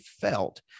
felt